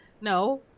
No